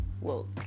woke